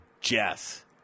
Jess